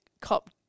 cop